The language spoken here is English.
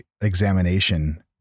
examination